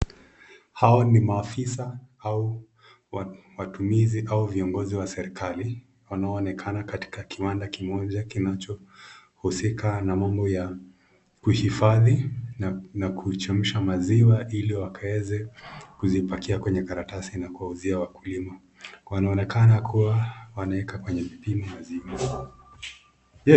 Hawa ni maafisa au wahudumizi katika ofisi ya serikali, wanoonekana wakiwa katika kiwanda kimoja kinacho husika na mambo ya kuhifadhi, na kuchemsha maziwa ili wakaeze kuzipakia kwenye karatasi na kuwauzia wakulima, wanaonekana kuwa wanaeka kwenye vipimo waziuze.